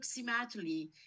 approximately